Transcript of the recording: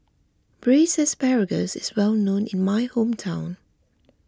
Braised Asparagus is well known in my hometown